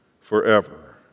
forever